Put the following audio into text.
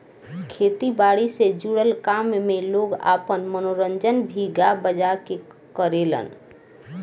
खेती बारी से जुड़ल काम में लोग आपन मनोरंजन भी गा बजा के करेलेन